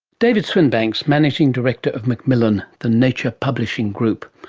david swinbanks, managing director of macmillan, the nature publishing group,